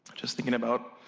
just thinking about